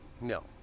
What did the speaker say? No